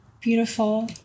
Beautiful